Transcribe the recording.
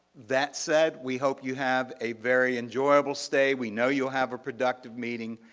that said, we hope you have a very enjoyable stay, we know you'll have a productive meeting,